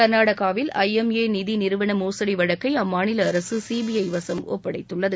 கா்நாடகாவில் I M A நிதி நிறுவன மோசுடி வழக்கை அம்மாநில அரசு சீபிஐ வசம் ஒப்படைத்துள்ளது